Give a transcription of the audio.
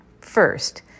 First